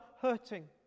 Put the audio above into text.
hurting